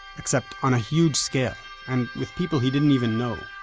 except on a huge scale and with people he didn't even know.